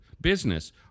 business